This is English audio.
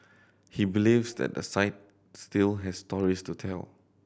he believes that the site still has stories to tell